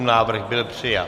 Návrh byl přijat.